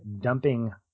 dumping